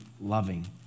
loving